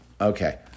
Okay